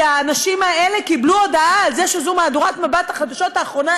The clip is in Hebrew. כי האנשים האלה קיבלו הודעה על זה שזו מהדורת מבט לחדשות האחרונה,